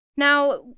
Now